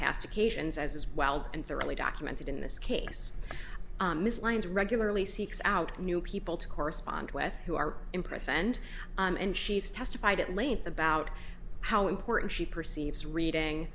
past occasions as well and thoroughly documented in this case ms lines regularly seeks out new people to correspond with who are impressed and and she's testified at length about how important she perceives reading